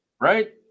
Right